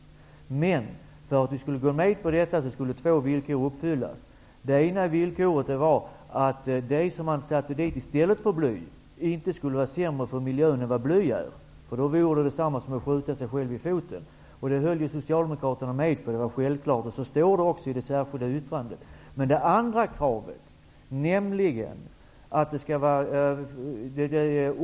Men för att vi skulle gå med på detta skulle två villkor uppfyllas. Det ena villkoret var att det ämne som man tillsatte i stället för bly inte skulle vara sämre för miljön än vad bly är. Det vore i så fall detsamma som att skjuta sig själv i foten. Det höll Socialdemokraterna med om. Det står också i det särskilda yttrandet. Så till det andra villkoret.